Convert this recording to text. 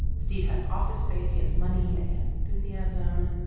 steve has office space, he has money, and he has enthusiasm.